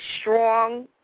strong